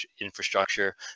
infrastructure